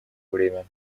время